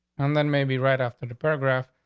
and then maybe right after the program,